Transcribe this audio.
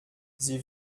sie